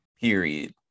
Period